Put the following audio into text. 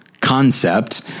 concept